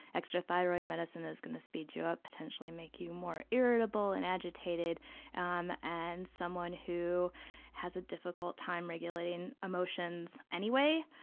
extra thyroid medicine is going to speed you up potentially. they make you more irritable and agitated um and someone who has a difficult time regulating emotions anyway,